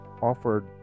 offered